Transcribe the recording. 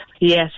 Yes